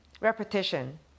repetition